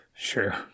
Sure